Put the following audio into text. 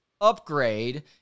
upgrade